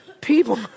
People